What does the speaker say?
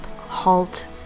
halt